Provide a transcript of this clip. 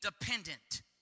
dependent